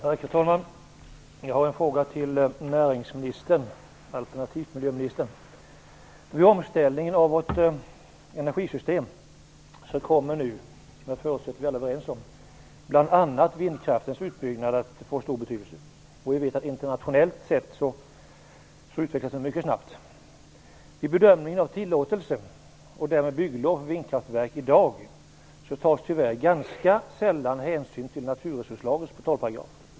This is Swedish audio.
Herr talman! Jag har en fråga till näringsministern, alternativt till miljöministern. Vid omställningen av vårt energisystem kommer - jag förutsätter att vi alla är överens om det - bl.a. vindkraftens utbyggnad att få stor betydelse. Internationellt utvecklas den ju mycket snabbt. Vid bedömningen av tillåtelse och därmed bygglov för vindkraftverk i dag tas, tyvärr, ganska sällan hänsyn till naturresurslagens portalparagraf.